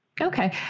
Okay